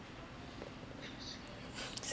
so you fall is it